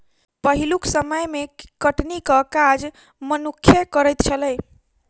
पहिलुक समय मे कटनीक काज मनुक्खे करैत छलै